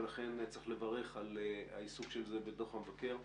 ולכן צריך לברך על העיסוק בזה בדוח המבקר האחרון,